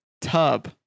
tub